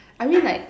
I mean like